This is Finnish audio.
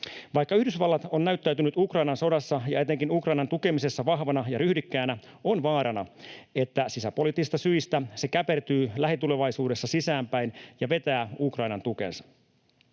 Vaikka Yhdysvallat on näyttäytynyt Ukrainan sodassa ja etenkin Ukrainan tukemisessa vahvana ja ryhdikkäänä, on vaarana, että sisäpoliittisista syistä se käpertyy lähitulevaisuudessa sisäänpäin ja vetää Ukrainan-tukensa.